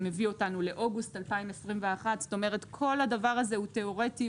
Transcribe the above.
זה מביא אותנו לאוגוסט 2021. כלומר כל הדבר הזה הוא תיאורטי,